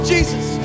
Jesus